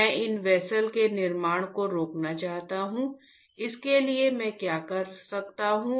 मैं इन वेसल के निर्माण को रोकना चाहता हूं इसके लिए मैं क्या कर सकता हूं